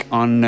on